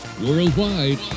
worldwide